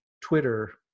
Twitter